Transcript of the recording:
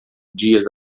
dias